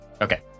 Okay